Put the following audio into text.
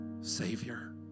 Savior